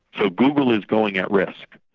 so google is going at risk.